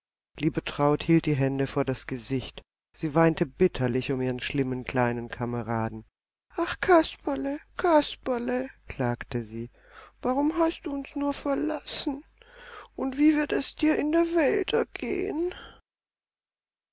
liebetraut hielt die hände vor das gesicht sie weinte bitterlich um ihren schlimmen kleinen kameraden ach kasperle kasperle klagte sie warum hast du uns nur verlassen und wie wird es dir in der welt ergehen